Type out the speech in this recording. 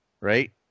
right